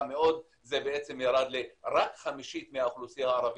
מאוד זה ירד לרק חמישית מהאוכלוסייה הערבית,